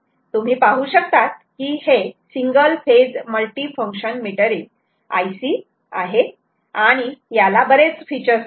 तुम्ही पाहू शकतात की हे single phase multi function metering I C आहे आणि याला बरेच फीचर्स आहेत